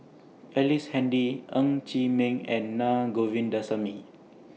Ellice Handy Ng Chee Meng and Na Govindasamy